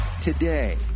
today